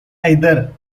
either